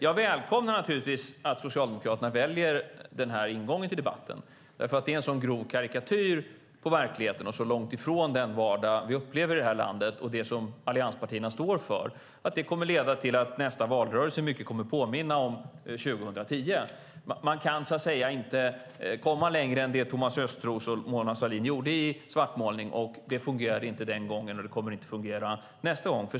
Jag välkomnar naturligtvis att Socialdemokraterna väljer den här ingången i debatten eftersom det är en så grov karikatyr av verkligheten och så långt från den vardag som vi upplever i det här landet och från det allianspartierna står för att det kommer att leda till att nästa valrörelse mycket kommer att påminna om hur det var 2010. Man kan inte komma längre än Thomas Östros och Mona Sahlin i svartmålning. Det fungerade inte den gången, och sådant kommer inte att fungera nästa gång.